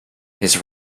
his